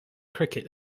cricket